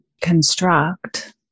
construct